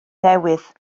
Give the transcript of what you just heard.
newydd